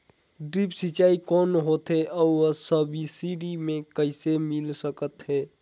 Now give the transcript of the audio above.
Drip सिंचाई कौन होथे अउ सब्सिडी मे कइसे मिल सकत हे?